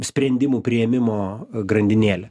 sprendimų priėmimo grandinėlė